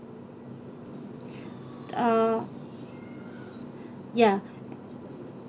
err ya